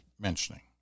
mentioning